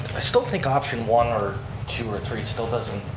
i still think option one or two or three still doesn't